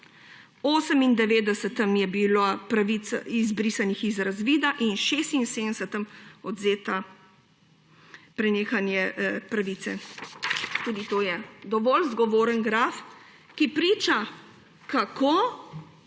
98 je bilo izbrisanih iz razvida in 76 odvzeta prenehanje pravice. Tudi to je dovolj zgovoren graf, ki priča kako